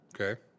Okay